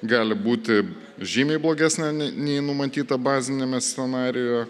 gali būti žymiai blogesnė nė nei numatyta baziniame scenarijuje